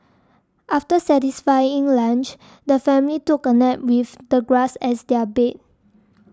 after satisfying lunch the family took a nap with the grass as their bed